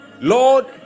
Lord